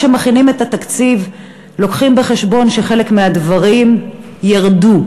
כשהם מכינים את התקציב הם לוקחים בחשבון שחלק מהדברים ירדו.